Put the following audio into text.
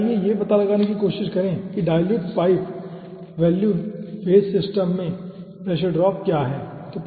फिर आइए यह पता लगाने की कोशिश करें कि dilute pipe value phase system में प्रेशर ड्रॉप क्या है ठीक है